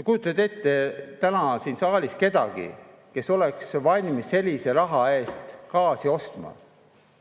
te kujutate ette täna siin saalis kedagi, kes oleks valmis sellise raha eest gaasi ostma?